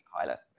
pilots